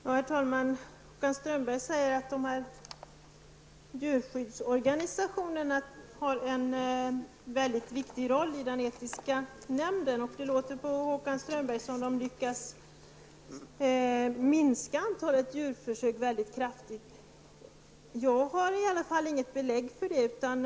Herr talman! Håkan Strömberg säger att djurskyddsorganisationerna har en mycket viktig roll i den etiska nämnden, och det låter på honom som om antalet djurförsök skulle ha minskat mycket kraftigt. För min del har jag inget belägg för den uppfattningen.